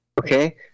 okay